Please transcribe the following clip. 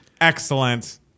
Excellent